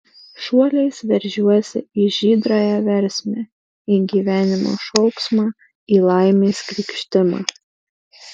šuoliais veržiuosi į žydrąją versmę į gyvenimo šauksmą į laimės krykštimą